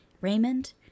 raymond